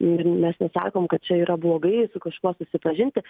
ir mes nesakom kad čia yra blogai su kažkuo susipažinti